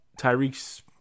Tyreek's